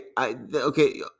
okay